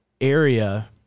area